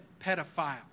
pedophile